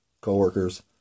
coworkers